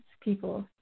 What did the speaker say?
people